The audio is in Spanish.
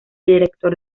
director